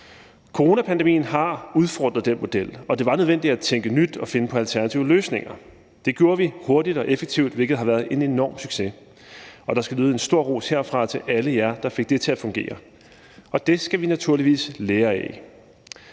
Coronapandemien har udfordret den model, og det var nødvendigt at tænke nyt og finde på alternative løsninger, og det gjorde vi hurtigt og effektivt, hvilket har været en enorm succes, og der skal lyde en stor ros herfra til alle jer, der fik det til at fungere, og det skal vi naturligvis lære af.